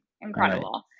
Incredible